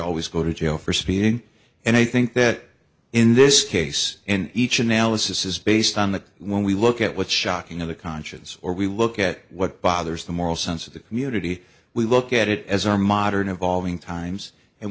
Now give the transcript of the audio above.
always go to jail for speeding and i think that in this case in each analysis is based on that when we look at what's shocking in the conscience or we look at what bothers the moral sense of the community we look at it as our modern evolving times and